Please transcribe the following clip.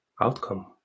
outcome